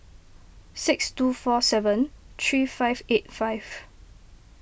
six two four seven three five eight five